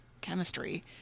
chemistry